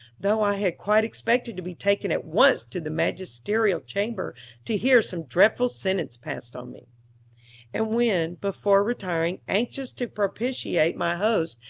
though i had quite expected to be taken at once to the magisterial chamber to hear some dreadful sentence passed on me and when, before retiring, anxious to propitiate my host,